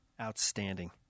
Outstanding